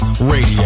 Radio